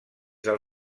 del